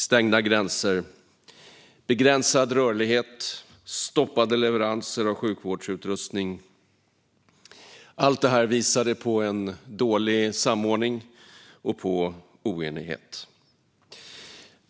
Stängda gränser, begränsad rörlighet och stoppade leveranser av sjukvårdsutrustning visade på dålig samordning och oenighet.